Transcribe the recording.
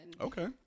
Okay